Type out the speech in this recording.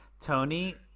Tony